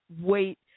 wait